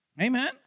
Amen